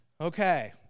Okay